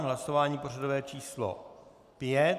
Hlasování pořadové číslo 5.